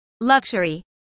Luxury